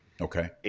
Okay